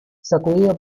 sacudido